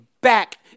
back